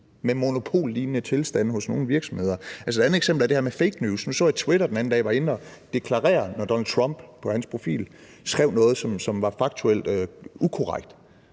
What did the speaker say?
med monopollignende tilstande hos nogle virksomheder. Et andet eksempel er det her med fake news. Nu så jeg, at Twitter den anden dag var inde at deklarere, når Donald Trump på sin profil skrev noget, som var faktuelt ukorrekt,